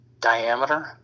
diameter